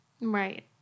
Right